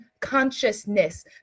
consciousness